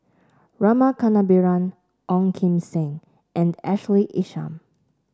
Rama Kannabiran Ong Kim Seng and Ashley Isham